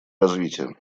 развитие